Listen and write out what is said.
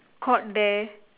court there